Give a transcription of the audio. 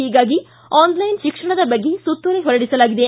ಹೀಗಾಗಿ ಆನ್ಲೈನ್ ಶಿಕ್ಷಣದ ಬಗ್ಗೆ ಸುತ್ತೋಲೆ ಹೊರಡಿಸಲಾಗಿದೆ